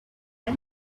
for